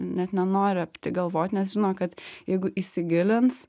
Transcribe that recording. net nenori apie tai galvot nes žino kad jeigu įsigilins